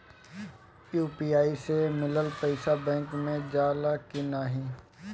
UPI से मिलल पईसा बैंक मे जाला की नाहीं?